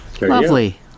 Lovely